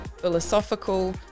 philosophical